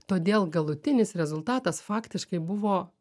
todėl galutinis rezultatas faktiškai buvo